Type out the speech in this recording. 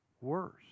worse